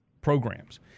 programs